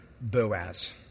Boaz